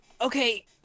Okay